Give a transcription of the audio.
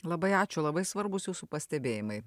labai ačiū labai svarbūs jūsų pastebėjimai